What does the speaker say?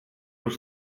los